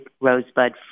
Rosebud